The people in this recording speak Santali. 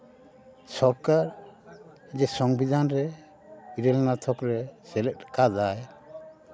ᱥᱚᱨᱠᱟᱨ ᱡᱮ ᱥᱚᱝᱵᱤᱫᱷᱟᱱ ᱨᱮ ᱤᱨᱟᱹᱞ ᱟᱱᱟᱜ ᱛᱷᱚᱠ ᱨᱮ ᱥᱮᱞᱮᱫ ᱟᱠᱟᱫᱟᱭ